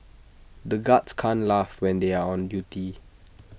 the guards can't laugh when they are on duty